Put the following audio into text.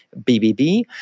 BBB